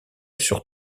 sur